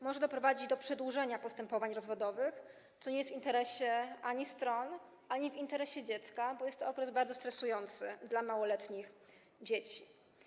Może to doprowadzić do przedłużenia postępowań rozwodowych, co nie jest ani w interesie stron, ani w interesie dziecka, bo jest to akurat bardzo stresujące dla małoletnich dzieci.